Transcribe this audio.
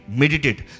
meditate